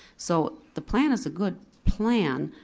so the plan is a good plan,